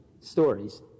stories